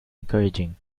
encouraging